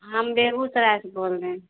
हम बेगुसराई से बोल रहे हैं